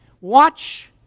Watch